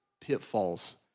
pitfalls